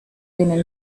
been